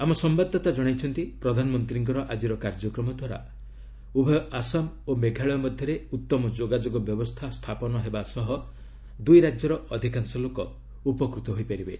ଆମ ସମ୍ବାଦଦାତା ଜଣାଇଛନ୍ତି ପ୍ରଧାନମନ୍ତ୍ରୀଙ୍କର ଆଜିର କାର୍ଯ୍ୟକ୍ରମ ଦ୍ୱାରା ଉଭୟ ଆସାମ ଓ ମେଘାଳୟ ମଧ୍ୟରେ ଉତ୍ତମ ଯୋଗାଯୋଗ ବ୍ୟବସ୍ଥା ସ୍ଥାପନ ହେବା ସହ ଦୁଇରାଜ୍ୟର ଅଧିକାଂଶ ଲୋକ ଉପକୃତ ହେବେ